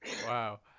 wow